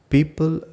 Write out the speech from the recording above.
People